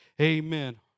amen